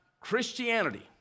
Christianity